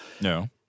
No